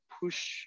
push